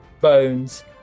Bones